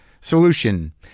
solution